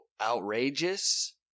outrageous